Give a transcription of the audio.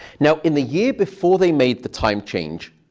now, in the year before they made the time change,